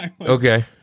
Okay